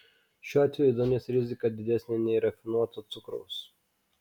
šiuo atveju ėduonies rizika didesnė nei rafinuoto cukraus